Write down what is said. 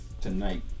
tonight